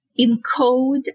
encode